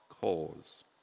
cause